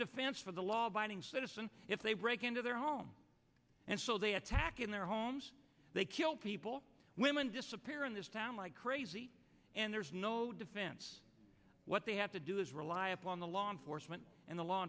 defense for the law abiding citizen if they break into their home and so they attack in their homes they kill people women disappear in this town like crazy and there is no defense what they have to do is rely upon the law enforcement and the law